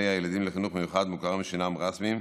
הילדים לחינוך מיוחד מוכרים שאינם רשמיים